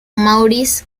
maurice